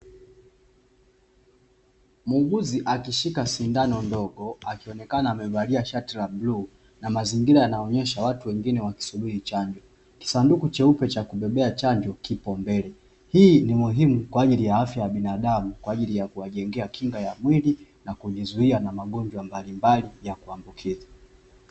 Muuguzi akishika sindano ndogo, akionekana amevalia shati la blue na mazingira yanaonyesha watu wengine wakisubiri chanjo. Kisanduku cheupe cha kubeba chanjo kipo mbele. Hii ni muhimu kwa ajili ya afya ya binadamu kwa ajili ya kuwajengea kinga ya mwili na kujizuia na magonjwa mbalimbali ya kuambukiza.